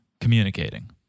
communicating